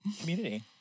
Community